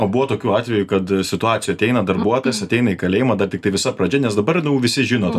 o buvo tokių atvejų kad situacijų ateina darbuotojas ateina į kalėjimą dar tiktai visa pradžia nes dabar visi žinot